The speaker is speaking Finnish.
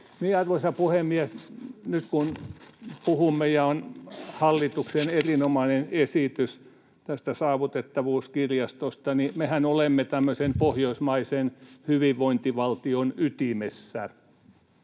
Arvoisa puhemies! Nyt kun puhumme ja on hallituksen erinomainen esitys Saavutettavuuskirjastosta, niin mehän olemme tämmöisen pohjoismaisen hyvinvointivaltion ytimessä.